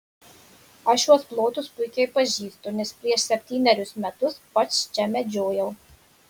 aš šiuos plotus puikiai pažįstu nes prieš septynerius metus pats čia medžiojau